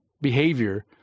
behavior